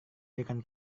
berikan